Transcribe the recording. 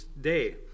day